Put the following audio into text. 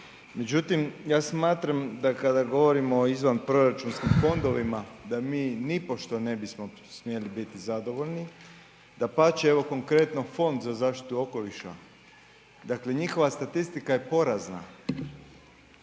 Međutim, ja smatram da kada govorimo o izvanproračunskim fondovima da mi nipošto ne bismo smjeli biti zadovoljni, dapače evo konkretno, Fond za zaštitu okoliša, dakle, njihova statistika je porazna,